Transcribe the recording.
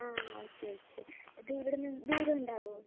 ആ okay okay ഇതിവിടെ നിന്ന് ദൂരം ഉണ്ടാകുമോ